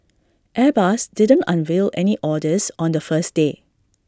airbus didn't unveil any orders on the first day